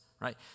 Right